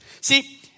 See